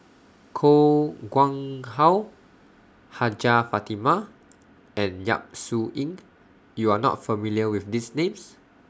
Koh Nguang How Hajjah Fatimah and Yap Su Yin YOU Are not familiar with These Names